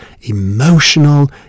emotional